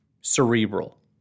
cerebral